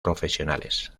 profesionales